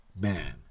man